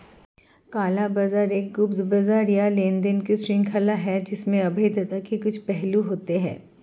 काला बाजार एक गुप्त बाजार या लेनदेन की श्रृंखला है जिसमें अवैधता के कुछ पहलू होते हैं